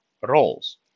roles